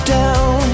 down